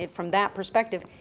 from that perspective,